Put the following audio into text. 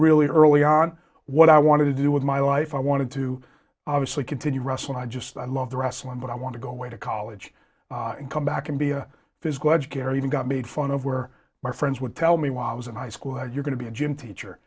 really early on what i wanted to do with my life i wanted to obviously continue russell i just i love the wrestling but i want to go away to college and come back and be a physical educator even got made fun of where my friends would tell me when i was in high school how you're going to be a gym teacher